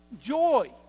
joy